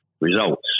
results